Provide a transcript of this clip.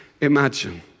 imagine